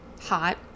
Hot